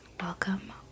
Welcome